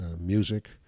music